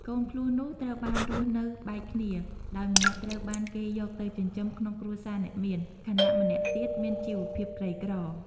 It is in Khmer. កូនភ្លោះនោះត្រូវបានរស់នៅបែកគ្នា ដោយម្នាក់ត្រូវបានគេយកទៅចិញ្ចឹមក្នុងគ្រួសារអ្នកមាន ខណៈម្នាក់ទៀតមានជីវភាពក្រីក្រ។